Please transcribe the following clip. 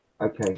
okay